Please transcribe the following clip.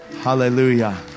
Hallelujah